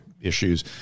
issues